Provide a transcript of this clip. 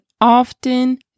often